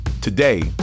Today